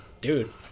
dude